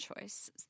choice